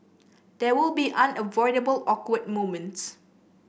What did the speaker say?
there will be unavoidable awkward moments